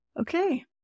okay